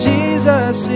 Jesus